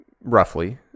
roughly